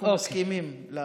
אנחנו מסכימים לדיון.